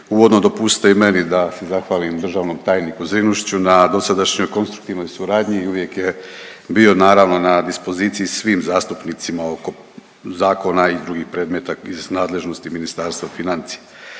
Uvodno dopustite i meni da se zahvalim državnom tajniku Zrinušiću na dosadašnjoj konstruktivnoj suradnji i uvijek je bio naravno na dispoziciji svim zastupnicima oko zakona i drugih predmeta iz nadležnosti Ministarstva financija.